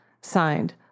Signed